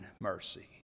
mercy